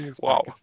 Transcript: Wow